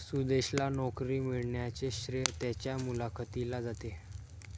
सुदेशला नोकरी मिळण्याचे श्रेय त्याच्या मुलाखतीला जाते